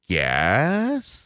Yes